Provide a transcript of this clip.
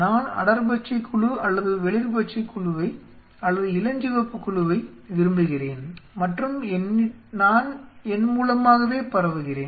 நான் அடர்பச்சை குழு அல்லது வெளிர் பச்சை குழுவை அல்லது இளஞ்சிவப்பு குழுவை விரும்புகிறேன் மற்றும் நான் என் மூலமாகவே பரவுகிறேன்